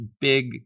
big